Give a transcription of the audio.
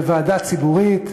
לוועדה ציבורית.